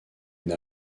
une